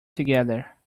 together